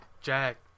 Jack